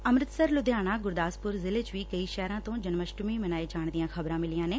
ਅੰਮ੍ਤਿਤਸਰ ਲੁਧਿਆਣਾ ਗੁਰਦਾਸਪੁਰ ਜ਼ਿਲੇ ਚ ਵੀ ਕਈ ਸ਼ਹਿਰਾਂ ਤੋਂ ਜਨਮ ਅਸ਼ਟਮੀ ਮਨਾਏ ਜਾਣ ਦੀਆਂ ਖ਼ਬਰਾਂ ਮਿਲੀਆਂ ਨੇ